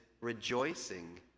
rejoicing